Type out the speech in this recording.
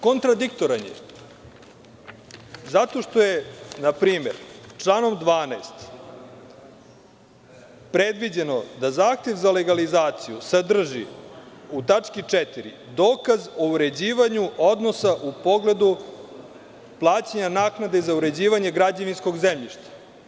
Kontradiktoran je zato što je npr. članom 12 predviđeno da zahtev za legalizaciju sadrži u tački 4. dokaz o uređivanju odnosa u pogledu plaćanja naknade za uređivanje građevinskog zemljišta.